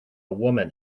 woman